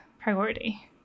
priority